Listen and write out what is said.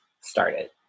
started